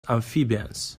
amphibians